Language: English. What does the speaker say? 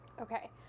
okay